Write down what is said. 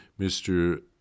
Mr